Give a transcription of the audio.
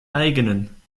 eigenen